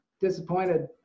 disappointed